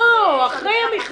לא, אחרי המכרז.